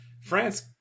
France